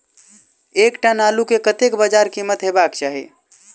एक टन आलु केँ कतेक बजार कीमत हेबाक चाहि?